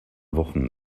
wochen